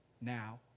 now